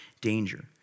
danger